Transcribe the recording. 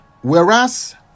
Whereas